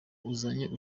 uzanye